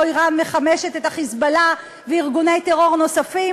איראן מחמשת את "חיזבאללה" וארגוני טרור נוספים,